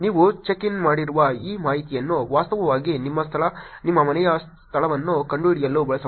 ನೀವು check in ಮಾಡಿರುವ ಈ ಮಾಹಿತಿಯನ್ನು ವಾಸ್ತವವಾಗಿ ನಿಮ್ಮ ಸ್ಥಳ ನಿಮ್ಮ ಮನೆಯ ಸ್ಥಳವನ್ನು ಕಂಡುಹಿಡಿಯಲು ಬಳಸಬಹುದು